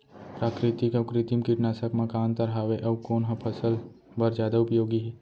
प्राकृतिक अऊ कृत्रिम कीटनाशक मा का अन्तर हावे अऊ कोन ह फसल बर जादा उपयोगी हे?